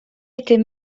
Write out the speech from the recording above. était